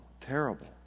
Terrible